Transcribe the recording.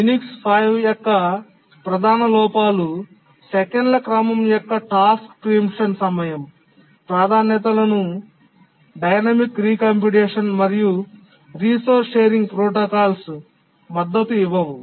Unix 5 యొక్క ప్రధాన లోపాలు సెకన్ల క్రమం యొక్క టాస్క్ ప్రీమిప్షన్ సమయం ప్రాధాన్యతలను డైనమిక్ రీకంప్యూటేషన్ మరియు రిసోర్స్ షేరింగ్ ప్రోటోకాల్స్ మద్దతు ఇవ్వవు